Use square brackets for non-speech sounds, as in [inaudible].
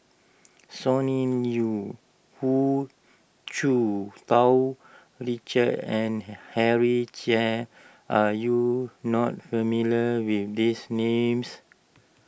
Sonny Liew Hu Tsu Tau Richard and [noise] Henry Chia are you not familiar with these names